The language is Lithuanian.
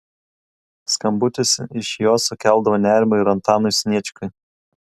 skambutis iš jos sukeldavo nerimo ir antanui sniečkui